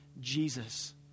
Jesus